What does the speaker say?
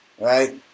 right